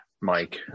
Mike